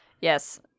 Yes